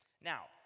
Now